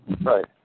Right